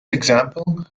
example